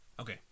Okay